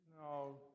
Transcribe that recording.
No